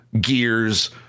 Gears